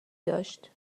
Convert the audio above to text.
داشت